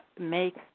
Make